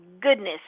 goodness